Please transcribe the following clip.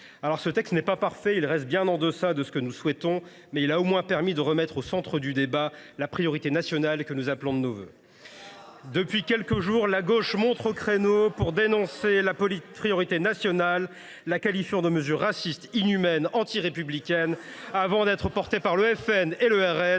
Ce texte n’est certes pas parfait et il reste bien en deçà de ce que nous souhaitons, mais il a au moins permis de remettre au centre du débat la priorité nationale que nous appelons de nos vœux. Raciste ! Depuis quelques jours, la gauche monte au créneau pour dénoncer la priorité nationale, la qualifiant de mesure raciste, inhumaine et antirépublicaine. Avant d’être portée par le Front